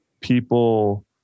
people